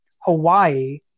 Hawaii